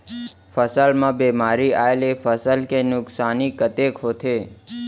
फसल म बेमारी आए ले फसल के नुकसानी कतेक होथे?